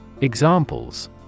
Examples